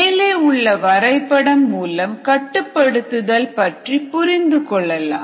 மேலே உள்ள வரைபடம் மூலம் கட்டுப்படுத்துதல் பற்றி புரிந்து கொள்ளலாம்